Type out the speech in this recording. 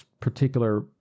particular